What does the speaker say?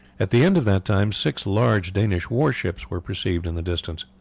at the end of that time six large danish war-ships were perceived in the distance.